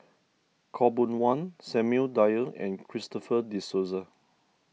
Khaw Boon Wan Samuel Dyer and Christopher De Souza